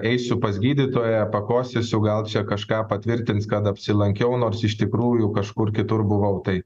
eisiu pas gydytoją pakosėsiu gal čia kažką patvirtins kad apsilankiau nors iš tikrųjų kažkur kitur buvau tai